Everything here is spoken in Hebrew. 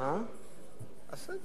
הצעת